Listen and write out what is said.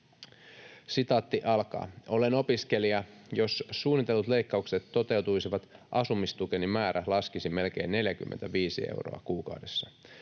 vaikutuksista.” ”Olen opiskelija. Jos suunnitellut leikkaukset toteutuisivat, asumistukeni määrä laskisi melkein 45 euroa kuukaudessa.